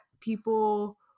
people